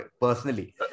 personally